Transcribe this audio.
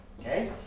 okay